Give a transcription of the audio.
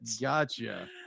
gotcha